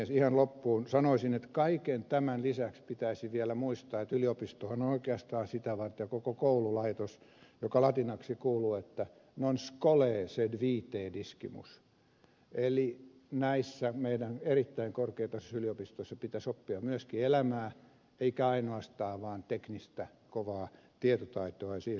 ihan loppuun sanoisin että kaiken tämän lisäksi pitäisi vielä muistaa että yliopistohan on oikeastaan sitä varten ja koko koululaitos mikä latinaksi kuuluu non scholae sed vitae discimus eli näissä meidän erittäin korkeatasoissa yliopistoissa pitäisi oppia myöskin elämää eikä ainoastaan vaan teknistä kovaa tietotaitoa ja siihen liittyviä asioita